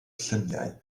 lluniau